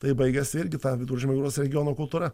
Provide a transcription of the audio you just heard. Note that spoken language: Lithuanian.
tai baigiasi irgi ta viduržemio jūros regiono kultūra